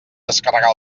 descarregar